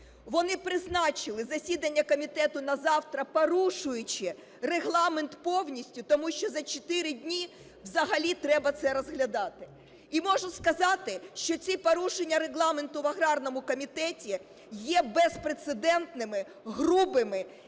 Вони призначили засідання комітету на завтра, порушуючи Регламент повністю, тому що за чотири дні взагалі треба це розглядати. І можу сказати, що ці порушення Регламенту в аграрному комітеті є безпрецедентними, грубими